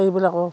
সেইবিলাকো